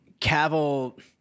Cavill